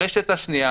הרשת השנייה